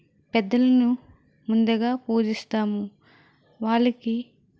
పెద్దలను ముందుగా పూజిస్తాము వాళ్లకి